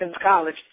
college